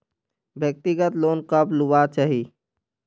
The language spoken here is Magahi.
व्यक्तिगत लोन कब लुबार चही?